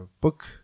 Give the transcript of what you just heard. book